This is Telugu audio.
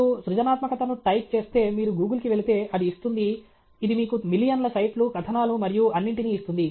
మీరు సృజనాత్మకతను టైప్ చేస్తే మీరు Google కి వెళితే అది ఇస్తుంది ఇది మీకు మిలియన్ల సైట్లు కథనాలు మరియు అన్నింటినీ ఇస్తుంది